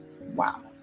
wow